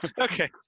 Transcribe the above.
Okay